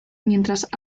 mientras